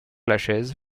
lachaise